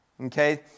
Okay